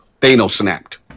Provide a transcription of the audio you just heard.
Thanos-snapped